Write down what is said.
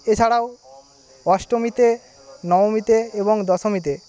এছাড়াও অষ্টমীতে নবমীতে এবং দশমীতে